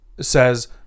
says